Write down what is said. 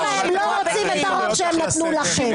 הם לא רוצים את הרוב שנתנו לכם.